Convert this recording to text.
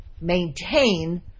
maintain